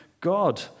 God